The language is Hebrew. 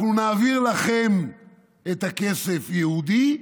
אנחנו נעביר לכם כסף ייעודי,